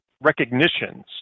recognitions